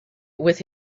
with